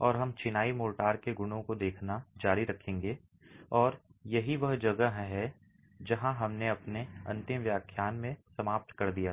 और हम चिनाई मोर्टार के गुणों को देखना जारी रखेंगे और यही वह जगह है जहां हमने अपने अंतिम व्याख्यान में समाप्त कर दिया था